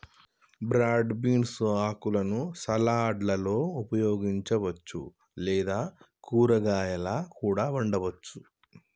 broad beans ఆకులను సలాడ్లలో ఉపయోగించవచ్చు లేదా కూరగాయాలా కూడా వండవచ్చు